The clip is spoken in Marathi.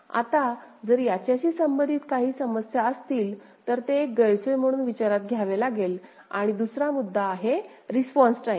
आता जर याच्याशी संबंधित काही विशिष्ट समस्या असतील तर ते एक गैरसोय म्हणून विचारात घ्यावे लागेल आणि दुसरा मुद्दा आहे रिस्पॉन्स टाइम